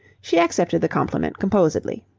she accepted the compliment composedly.